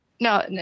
No